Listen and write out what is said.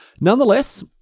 nonetheless